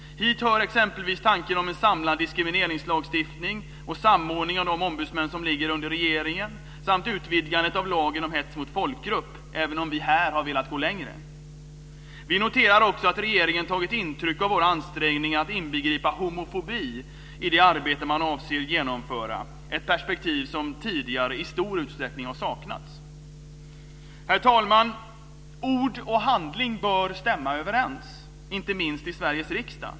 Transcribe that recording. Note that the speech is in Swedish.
Hit hör exempelvis tanken på en samlad diskrimineringslagstiftning och en samordning av de ombudsmän som ligger under regeringen samt utvidgandet av lagen om hets mot folkgrupp - även om vi här har velat gå längre. Vidare noterar vi att regeringen har tagit intryck av våra ansträngningar att inbegripa homofobi i det arbete som man avser att genomföra - ett perspektiv som tidigare i stor utsträckning har saknats. Herr talman! Ord och handling bör stämma överens, inte minst i Sveriges riksdag.